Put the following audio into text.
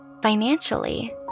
Financially